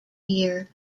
year